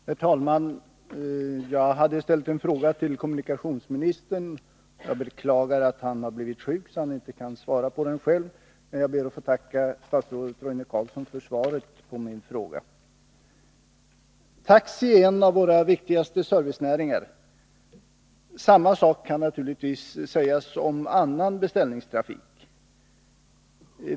Herr talman! Jag hade ställt en fråga till kommunikationsministern. Jag beklagar att han har blivit sjuk, så att han inte kan svara på den själv. Jag ber därför att få tacka statsrådet Roine Carlsson för svaret på min fråga. Taxi är en av våra viktigaste servicenäringar. Samma sak kan naturligtvis sägas om annan beställningstrafik.